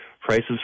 prices